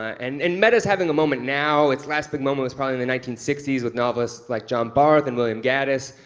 and and meta's having a moment now. its last big moment was probably in the nineteen sixty s with novelists like john barth and william gaddis,